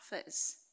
offers